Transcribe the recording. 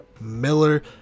Miller